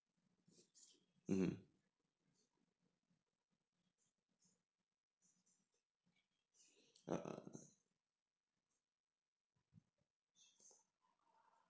mm ah